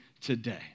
today